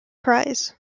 prize